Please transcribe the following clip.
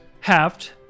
halved